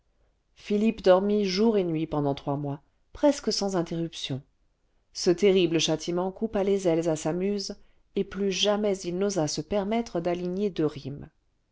philippe dormit jour et nuit pendant trois mois presque sans interruption ce terrible châtiment coupa les ailes à sa muse et plus jamais il n'osa se permettre d'aligner deux rimes